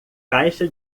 caixa